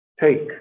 take